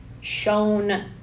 shown